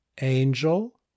Angel